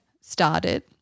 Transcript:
started